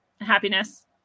happiness